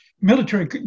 Military